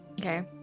Okay